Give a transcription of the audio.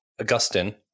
Augustine